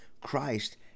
Christ